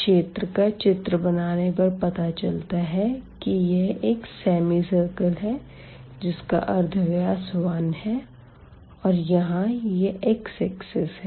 क्षेत्र का चित्र बनाने पर पता चलता है की यह एक सेमी सर्कल है जिसका अर्धव्यास 1 है और यहाँ यह x axis है